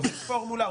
קובעים פורמולה,